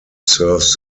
serves